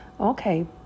Okay